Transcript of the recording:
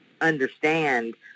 understand